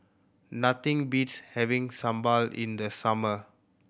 nothing beats having sambal in the summer